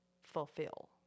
fulfill